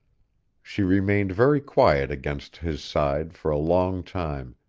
she remained very quiet against his side for a long time,